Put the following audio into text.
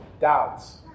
doubts